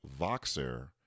Voxer